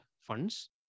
funds